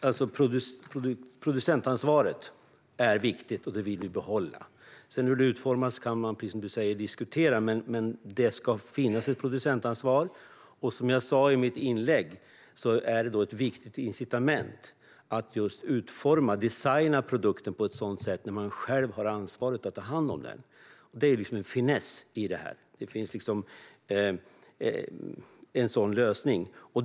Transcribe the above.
Fru talman! Producentansvaret är viktigt, och det vill vi behålla. Hur det utformas kan man diskutera, precis som du säger, men det ska finnas ett producentansvar. Att man själv har ansvaret att ta hand om produkten är, som jag sa i mitt inlägg, ett viktigt incitament att utforma eller designa produkten på ett sådant sätt. Det är en finess i detta. Det finns en sådan lösning.